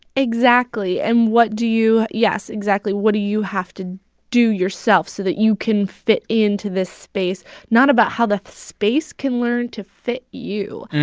exactly. and what do you yes, exactly. what do you have to do yourself so that you can fit into this space not about how the space can learn to fit you.